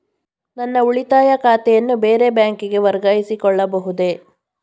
ನನ್ನ ಉಳಿತಾಯ ಖಾತೆಯನ್ನು ಬೇರೆ ಬ್ಯಾಂಕಿಗೆ ವರ್ಗಾಯಿಸಿಕೊಳ್ಳಬಹುದೇ?